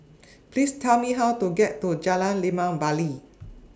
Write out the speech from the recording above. Please Tell Me How to get to Jalan Limau Bali